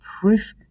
proof